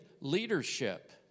leadership